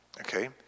Okay